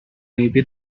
maybe